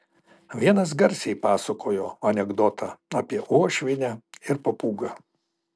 vienas garsiai pasakojo anekdotą apie uošvienę ir papūgą